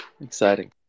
exciting